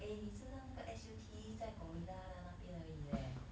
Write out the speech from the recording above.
eh 你知道那个 S_U_T_D 在 gorilla 的那边而已 leh